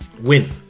Win